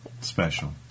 special